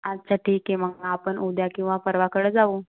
अच्छा ठीक आहे मग आपण उद्या किंवा परवाकडे जाऊ